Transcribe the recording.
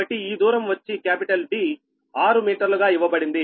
కాబట్టి ఈ దూరం వచ్చి D 6 మీటర్లుగా ఇవ్వబడింది